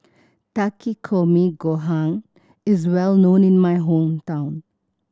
Takikomi Gohan is well known in my hometown